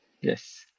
Yes